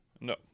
No